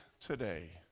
today